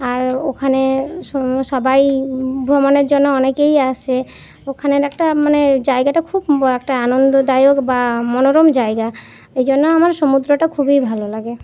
আর ওখানে সবাই ভোমণের জন্য অনেকেই আসে ওখানের একটা মানে জায়গাটা খুব একটা আনন্দদায়ক বা মনোরম জায়গা ওই জন্য আমার সমুদ্রটা খুবই ভালো লাগে